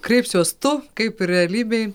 kreipsiuos tu kaip ir realybėj